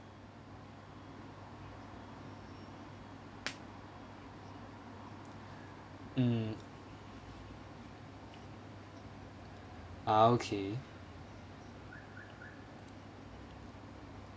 mm ah okay